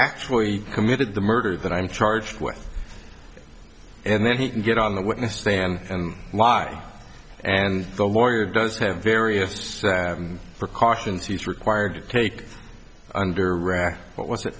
actually committed the murder that i'm charged with and then he can get on the witness stand and lie and the lawyer does have various pts precautions he's required to take under wraps but was it